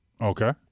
Okay